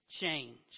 change